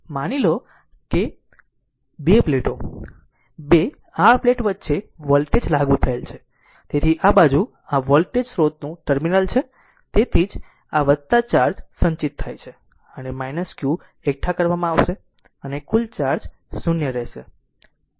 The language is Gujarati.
માની લો કે બે પ્લેટો બે r પ્લેટ વચ્ચે વોલ્ટેજ લાગુ થયેલ છે તેથી આ બાજુ આ વોલ્ટેજ સ્રોતનું ટર્મિનલ છે અને તેથી જ ચાર્જ સંચિત થાય છે અને q એકઠા કરવામાં આવશે અને કુલ ચાર્જ 0 રહેશે